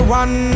one